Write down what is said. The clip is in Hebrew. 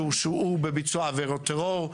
לא מדובר סתם במחבלים שהורשעו בביצוע עבירות טרור,